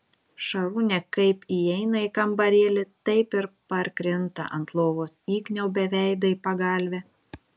šarūnė kaip įeina į kambarėlį taip ir parkrinta ant lovos įkniaubia veidą į pagalvę